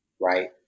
right